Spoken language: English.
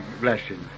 blessing